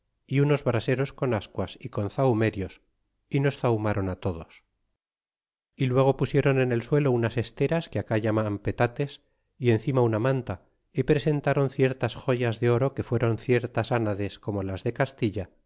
e unos braseros con asquas y con zahumerios y nos zahumáron todos y luego pusieron en el suelo tinas esteras que aca llaman petates y encima una manta y presentron ciertas joyas de oro que fueron ciertas anades como las de castilla